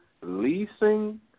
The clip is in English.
leasing